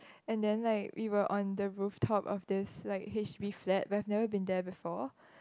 and then like we were on the rooftop of this like H_D_B flats where we have never been there before